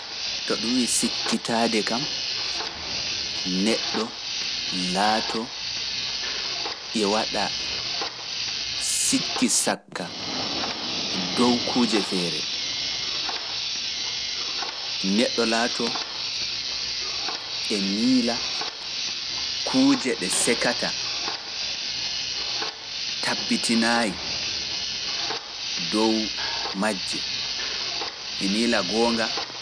To ɗum wii sikkitaade kam, neɗɗo laatoo, e waɗa sikki-sakka, dow kuuje feere, neɗɗo laatoo e miila, kuuje ɗe sekata, tabitinaayi, dow majje, e miila goonga.